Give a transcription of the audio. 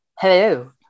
Hello